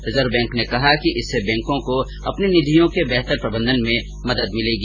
reserve Bank ने कहा है कि इससे बैंको को अपनी निधियों के बेहतर प्रबंधन में मदद मिलेगी